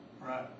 Right